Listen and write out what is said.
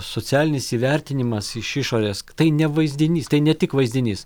socialinis įvertinimas iš išorės tai ne vaizdinys tai ne tik vaizdinys